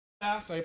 fast